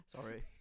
Sorry